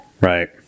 Right